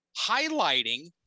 highlighting